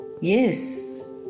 Yes